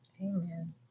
Amen